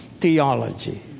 theology